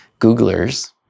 googlers